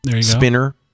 spinner